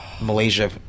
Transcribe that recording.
Malaysia